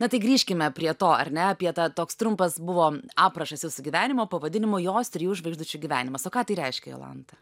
na tai grįžkime prie to ar ne apie tą toks trumpas buvo aprašas jūsų gyvenimo pavadinimu jos trijų žvaigždučių gyvenimas o ką tai reiškia jolanta